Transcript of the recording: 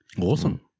Awesome